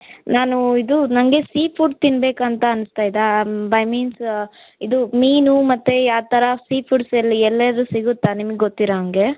ನಾನು ಇದು ನನಗೆ ಸೀಫುಡ್ ತಿನ್ನಬೇಕಂತ ಅನಿಸ್ತಾ ಇದೆ ಬೈ ಮೀನ್ಸ್ ಇದು ಮೀನು ಮತ್ತೆ ಯಾತರ ಸೀಫುಡ್ಸ್ ಎಲ್ಲಿ ಎಲ್ಲೆದು ಸಿಗುತ್ತಾ ನಿಮಗೆ ಗೊತ್ತಿರೊ ಹಾಗೆ